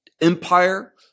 empire